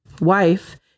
wife